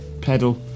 Pedal